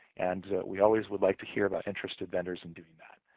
and we always would like to hear about interested vendors in doing that.